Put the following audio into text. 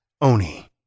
Oni